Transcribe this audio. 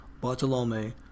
Bartolome